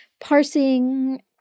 parsing